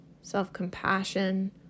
self-compassion